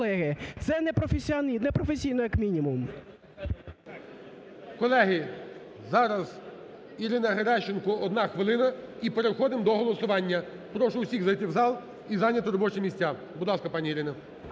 колеги, це непрофесійно, як мінімум. ГОЛОВУЮЧИЙ. Колеги, зараз Ірина Геращенко, 1 хвилина, і переходимо до голосування. Прошу усіх зайти в зал і зайняти робочі місця. Будь ласка, пані Ірина.